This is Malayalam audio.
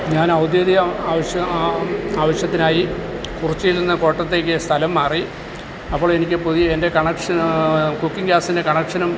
ഞാൻ ഔദ്യോദിക ആവശ്യം ആവശ്യത്തിനായി കുറിച്ചിയിൽ നിന്ന് കോട്ടയത്തേയ്ക്ക് സ്ഥലം മാറി അപ്പോഴെനിക്ക് പുതിയ എൻ്റെ കണക്ഷന് കുക്കിംഗ് ഗ്യാസിൻ്റെ കണക്ഷനും